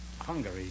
Hungary